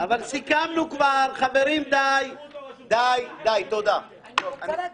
אבל כשאני שומע אותך ואני יושב מזועזע ולא פוצה פה,